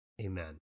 Amen